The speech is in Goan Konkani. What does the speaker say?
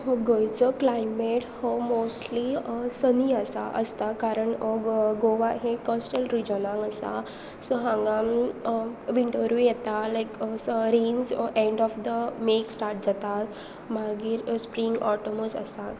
हो गोंयचो क्लायमेट हो मोस्टली सनी आसा आसता कारण गोवा हे कॉस्टल रिजनक आसा सो हांगा विंटरूय येता लायक rains end of the May start जाता मागीर स्प्रींग ऑटमूच आसा